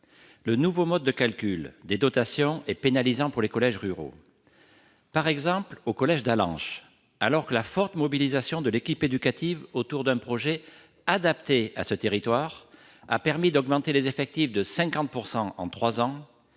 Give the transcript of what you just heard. Le nouveau mode de calcul des dotations est pénalisant pour les collèges ruraux. Par exemple, au collège d'Allanche, alors que la forte mobilisation de l'équipe éducative autour d'un projet adapté à ce territoire a permis d'augmenter les effectifs de 50 % en trois ans,